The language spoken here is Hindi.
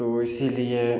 तो इसलिए